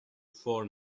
for